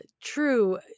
true